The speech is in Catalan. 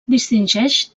distingeix